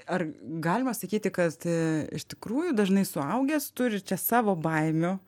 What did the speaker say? ar galima sakyti kad iš tikrųjų dažnai suaugęs turi čia savo baimių